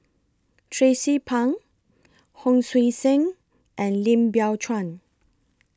Tracie Pang Hon Sui Sen and Lim Biow Chuan